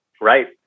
right